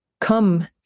come